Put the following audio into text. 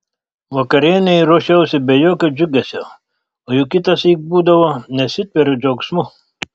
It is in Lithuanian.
vakarienei ruošiausi be jokio džiugesio o juk kitąsyk būdavo nesitveriu džiaugsmu